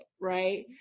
right